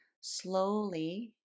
slowly